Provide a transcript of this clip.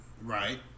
Right